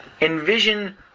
Envision